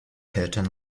houghton